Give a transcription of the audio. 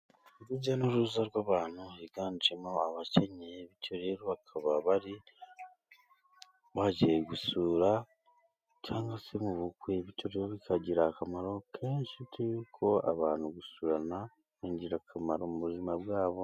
Urujya n'uruza rw'abantu higanjemo abakenyeye, bityo rero bakaba bari bagiye gusura cyangwa se mu bukwe. Bityo bikagirira akamaro kenshi bitewe n'uko abantu gusurana ni ingirakamaro mu buzima bwabo.